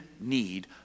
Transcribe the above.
need